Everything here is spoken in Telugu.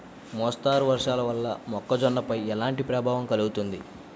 మోస్తరు వర్షాలు వల్ల మొక్కజొన్నపై ఎలాంటి ప్రభావం కలుగుతుంది?